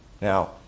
Now